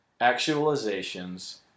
actualizations